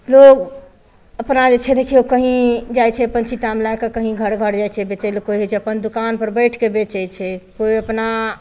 लोग अपना जे छै देखियौ कही जाइ छै अपन छिट्टामे लए कऽ कही घर घर जाइ छै बेचै लए केओ होइ छै अपन दोकान पर बैठके बेचै छै केओ अपना